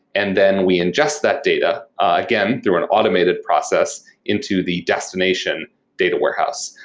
and then we ingest that data, again, through an automated process into the destination data warehouse.